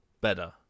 better